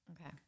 Okay